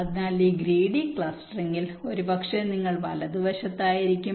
അതിനാൽ ഈ ഗ്രീഡി ക്ലസ്റ്ററിംഗിൽ ഒരുപക്ഷേ നിങ്ങൾ വലതുവശത്തായിരിക്കും